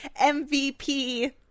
MVP